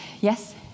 Yes